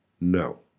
No